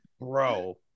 Bro